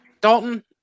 Dalton